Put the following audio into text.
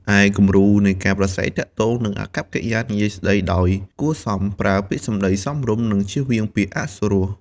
ឯគំរូនៃការប្រាស្រ័យទាក់ទង និងអាកប្បកិរិយានិយាយស្ដីដោយគួរសម ប្រើពាក្យសំដីសមរម្យ និងជៀសវាងពាក្យអសុរោះ ។